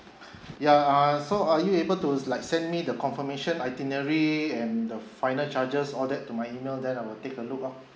ya err so are you able to s~ like send me the confirmation itinerary and the final charges all that to my email then I will take a look ah